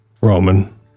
Roman